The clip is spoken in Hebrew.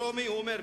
"דרומי" הוא אומר,